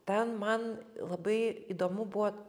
ten man labai įdomu buvo